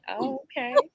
Okay